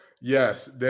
Yes